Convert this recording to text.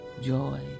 joy